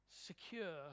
secure